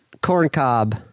corncob